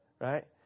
Right